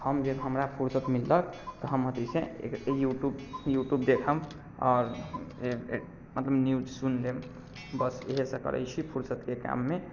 हम जे हमरा फुर्सत मिललक हम अथी से यूट्यूब यूट्यूब देखब आओर मतलब न्यूज सुनि लेब बस इहे सब करैत छी फुर्सतके टाइममे